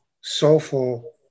soulful